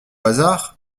hasard